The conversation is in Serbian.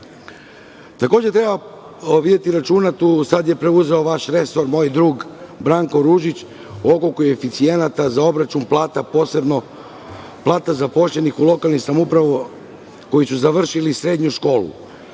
snagu. Takođe, treba voditi računa, sada je preuzeo vaš resor moj drug Branko Ružić, oko koeficijenata za obračun plata, posebno plata zaposlenih u lokalnim samoupravama koji su završili srednju školu.